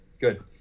good